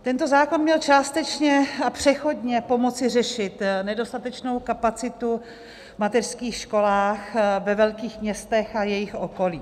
Tento zákon měl částečně a přechodně pomoci řešit nedostatečnou kapacitu v mateřských školách ve velkých městech a jejich okolí.